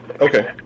okay